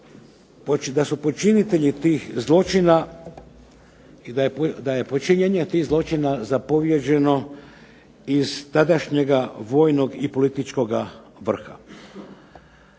da je počinjenje tih zločina zapovjeđeno iz tadašnjega vojnog i političkoga vrha.